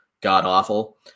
god-awful